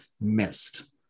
missed